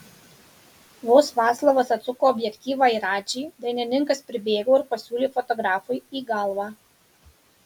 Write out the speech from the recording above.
vos vaclovas atsuko objektyvą į radžį dainininkas pribėgo ir pasiūlė fotografui į galvą